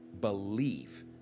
believe